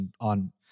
on